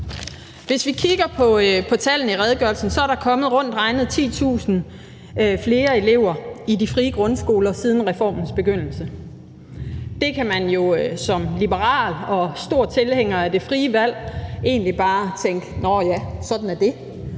Hvis vi kigger på tallene i redegørelsen, er der kommet rundt regnet 10.000 flere elever i de frie grundskoler siden reformens begyndelse. Der kan man jo som liberal og stor tilhænger af det frie valg egentlig bare tænke: Nåh ja, sådan er det.